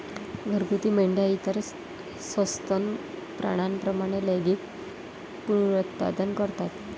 घरगुती मेंढ्या इतर सस्तन प्राण्यांप्रमाणे लैंगिक पुनरुत्पादन करतात